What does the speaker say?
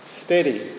steady